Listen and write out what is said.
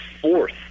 fourth